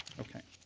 okay.